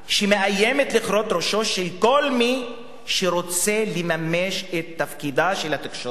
שמאיימת לכרות ראשו של כל מי שרוצה לממש את תפקידה של התקשורת